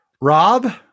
rob